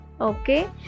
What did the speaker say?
Okay